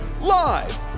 live